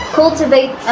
cultivate